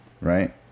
right